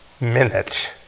minute